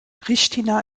pristina